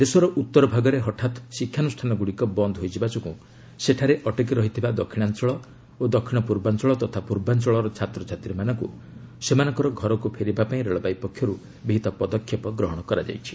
ଦେଶର ଉତ୍ତର ଭାଗରେ ହଠାତ୍ ଶିକ୍ଷାନୁଷାନଗୁଡ଼ିକ ବନ୍ଦ ହୋଇଯିବା ଯୋଗୁଁ ସେଠାରେ ଅଟକି ରହିଥିବା ଦକ୍ଷିଣାଞ୍ଚଳ ଓ ଦକ୍ଷିଣ ପୂର୍ବାଞ୍ଚଳ ତଥା ପୂର୍ବାଞ୍ଚଳର ଛାତ୍ରଛାତ୍ରୀମାନଙ୍କୁ ସେମାନଙ୍କର ଘରକୁ ଫେରିବା ପାଇଁ ରେଳବାଇ ପକ୍ଷରୁ ବିହିତ ପଦକ୍ଷେପ ଗ୍ରହଣ କରାଯାଇଛି